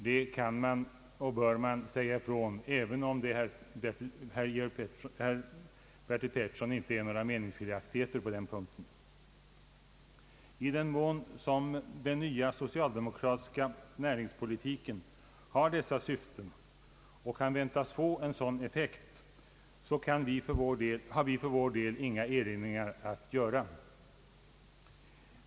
Det kan och bör man säga ifrån, även om det, herr Bertil Petersson, inte är några meningsskiljaktigheter på den punkten. I den mån som den nya socialdemokratiska näringspolitiken har dessa syften och kan väntas få en sådan effekt har vi för vår del inga erinringar att göra.